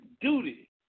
duty